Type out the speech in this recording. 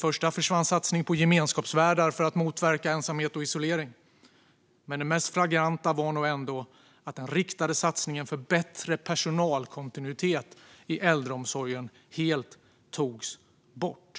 Först försvann satsningen på gemenskapsvärdar för att motverka ensamhet och isolering, men det mest flagranta var nog ändå att den riktade satsningen för bättre personalkontinuitet i äldreomsorgen helt togs bort.